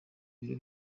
biro